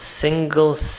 single